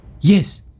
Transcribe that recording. Yes